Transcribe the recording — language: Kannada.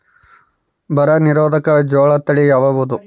ಬರ ನಿರೋಧಕ ಜೋಳ ತಳಿ ಯಾವುದು?